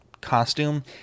costume